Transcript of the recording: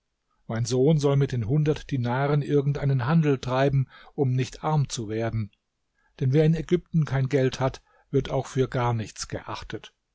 mein sohn soll mit den hundert dinaren irgend einen handel treiben um nicht arm zu werden denn wer in ägypten kein geld hat wird auch für gar nichts geachtet